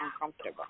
uncomfortable